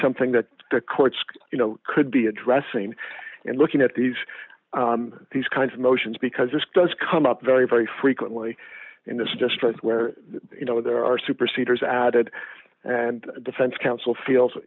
something that the courts you know could be addressing and looking at these these kinds of motions because this does come up very very frequently in this district where you know there are super cedars added and defense counsel fiel